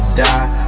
die